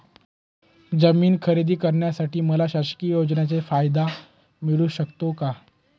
जमीन खरेदी करण्यासाठी मला शासकीय योजनेचा फायदा मिळू शकतो का?